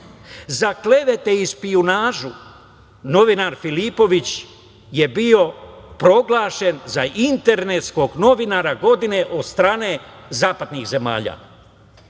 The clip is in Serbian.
Za klevete i špijunažu, novinar Filipović je bio proglašen za internetskog novinara godine od strane zapadnih zemalja. Pratite